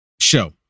show